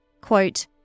Quote